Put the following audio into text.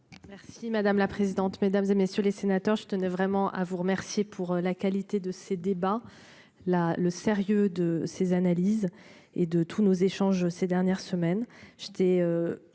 Merci madame la présidente, mesdames et messieurs les sénateurs, je tenais vraiment à vous remercier pour la qualité de ces débats-là le sérieux de ses analyses et de tous nos échanges ces dernières semaines,